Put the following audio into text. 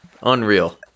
Unreal